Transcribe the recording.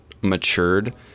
matured